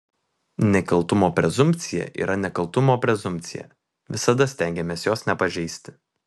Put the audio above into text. nekaltumo prezumpcija yra nekaltumo prezumpcija visada stengiamės jos nepažeisti